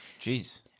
Jeez